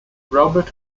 robert